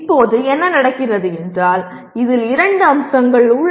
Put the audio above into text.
இப்போது என்ன நடக்கிறது என்றால் இதில் இரண்டு அம்சங்கள் உள்ளன